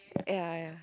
ya ya